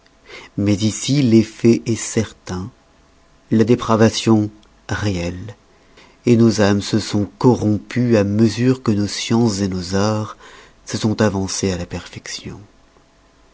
mais ici l'effet est certain la dépravation réelle nos ames se sont corrompues à mesure que nos sciences et nos arts se sont avancés à la perfection